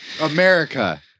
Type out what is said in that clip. America